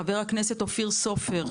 חבר הכנסת אופיר סופר,